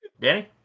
Danny